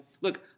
Look